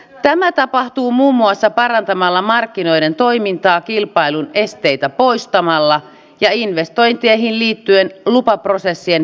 tämä tapahtuu muun muassa parantamalla markkinoiden toimintaa kilpailun esteitä poistamalla ja investointeihin liittyvien lupaprosessien virtaviivaistamisella